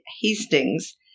Hastings